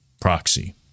proxy